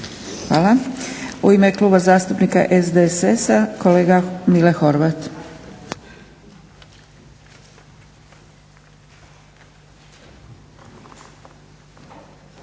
Hvala. U ime Kluba zastupnika SDSS-a kolega Mile Horvat.